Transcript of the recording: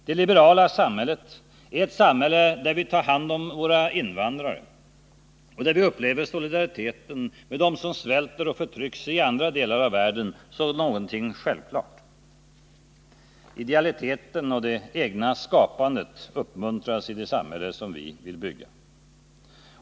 Det liberala samhället är ett samhälle där vi tar hand om våra invandrare och upplever solidariteten med dem som svälter och förtrycks i andra delar av världen som någonting självklart. Idealiteten och det egna skapandet uppmuntras i det samhälle som vi vill bygga.